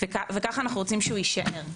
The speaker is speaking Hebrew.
וככה אנחנו רוצים שהוא יישאר.